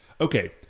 Okay